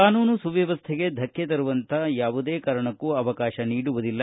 ಕಾನೂನು ಸುವ್ಧವಸ್ಥೆಗೆ ಧಕ್ಷೆ ತರುವುದಕ್ಕೆ ಯಾವುದೇ ಕಾರಣಕ್ಕೂ ಅವಕಾಶ ನೀಡುವುದಿಲ್ಲ